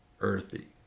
earthy